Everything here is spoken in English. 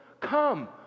Come